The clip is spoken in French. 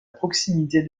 proximité